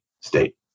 state